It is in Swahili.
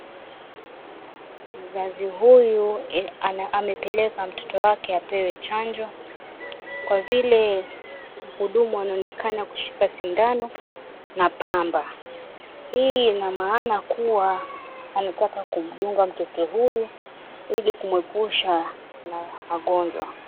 Mzazi huyu amepeleka mtoto wake apewe chanjo kwa vile mhudumu anaonekana kushika sindano na pamba. Hii inamaana kua anataka kumdunga mtoto huyu ili kumwepusha na magonjwa.